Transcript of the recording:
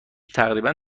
تقریبا